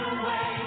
away